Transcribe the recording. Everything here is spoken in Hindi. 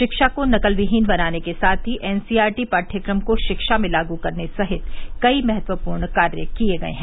शिक्षा को नकलविहीन बनाने के साथ ही एनसीईआरटी पाठ्यक्रम को शिक्षा में लागू करने सहित कई महत्वपूर्ण कार्य किये गये हैं